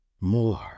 More